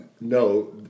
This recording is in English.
no